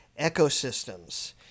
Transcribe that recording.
ecosystems